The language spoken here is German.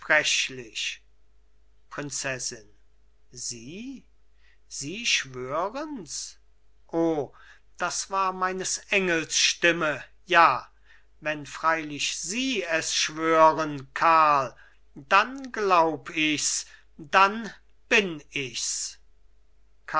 prinzessin sie sie schwörens o das war meines engels stimme ja wenn freilich sie es schwören karl dann glaub ichs dann bin ichs